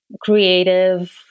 creative